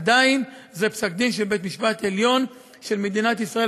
עדיין זה פסק-דין של בית-המשפט העליון של מדינת ישראל,